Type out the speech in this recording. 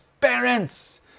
parents